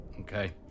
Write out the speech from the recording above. Okay